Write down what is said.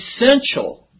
essential